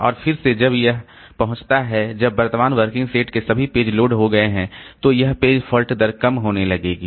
और फिर से जब यह पहुंचता है जब वर्तमान वर्किंग सेट के सभी पेज लोड हो गए हैं तो यह पेज फॉल्ट दर कम होने लगेगी